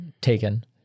taken